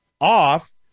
off